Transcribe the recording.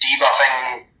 debuffing